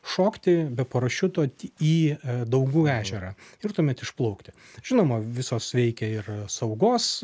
šokti be parašiuto į daugų ežerą ir tuomet išplaukti žinoma visos veikė ir saugos